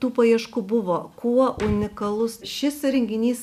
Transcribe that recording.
tų paieškų buvo kuo unikalus šis įrenginys